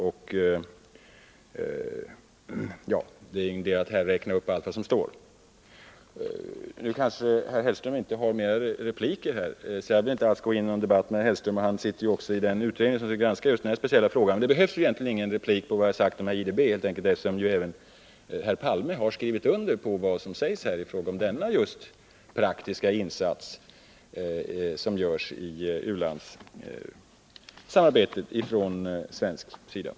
Det är väl knappast någon idé att här räkna upp allt det som här står. Nu kanske Mats Hellström inte har fler repliker till sitt förfogande, varför jag inte vill gå in på någon debatt med honom. Han sitter ju även med i den utredning som granskar denna speciella fråga. Men det behövs egentligen inte någon replik på vad jag har sagt om IDB, i synnerhet som även herr Palme har skrivit under på vad som här sägs om just de praktiska insatser som görs från svensk sida i fråga om u-landssamarbetet.